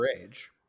age